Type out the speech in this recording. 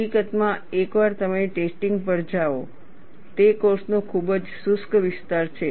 હકીકતમાં એકવાર તમે ટેસ્ટિંગ પર જાઓ તે કોર્સ નો ખૂબ જ શુષ્ક વિસ્તાર છે